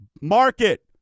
market